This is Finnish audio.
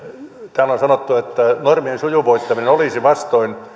täällä on sanottu että normien sujuvoittaminen olisi vastoin